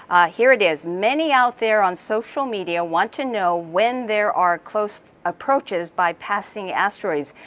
here it is, many out there on social media want to know when there are close approaches by passing asteroids.